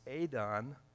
Adon